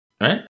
Right